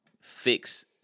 fix